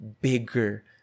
bigger